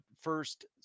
first